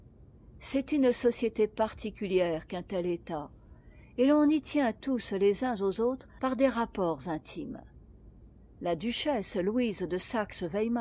c'est une société particulière qu'un tel état et l'on y tient tous les uns aux autres par des rapports intimes la duchesse louise de